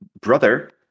brother